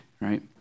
right